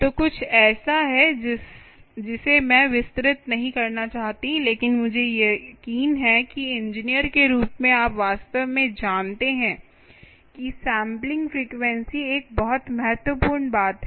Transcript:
तो यह कुछ ऐसा है जिसे मैं विस्तृत नहीं करना चाहती लेकिन मुझे यकीन है कि इंजीनियर के रूप में आप वास्तव में जानते हैं कि सैंपलिंग फ्रीक्वेंसी एक बहुत महत्वपूर्ण बात है